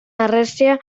harresia